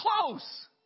close